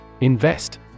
Invest